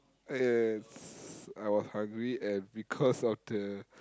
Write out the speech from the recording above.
it's I was hungry and because of the